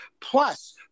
Plus